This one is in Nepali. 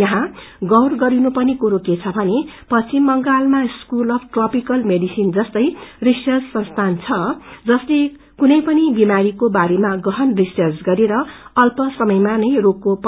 यहाँ गीर गरिनपर्ने कुरो के छ भने पश्चिम बंगालमा स्कूल अफ ट्रपिकल मेडिसिन जस्तै संस्थान छ जसले कुनै पनि विमारीको बारेमा गहन रिर्सच गरेर अल्प समयमा नै